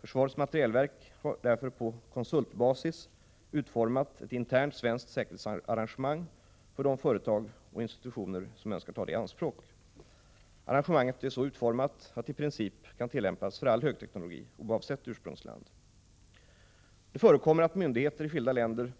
Försvarets materielverk har därför på konsultbasis utformat ett internt svenskt säkerhetsarrangemang för de företag och institutioner som önskar ta det i anspråk. Arrangemanget är så utformat att det i princip kan tillämpas för all högteknologi oavsett ursprungsland. Det förekommer att myndigheter i skilda länder